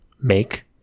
make